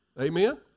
Amen